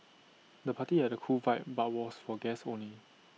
the party had A cool vibe but was for guests only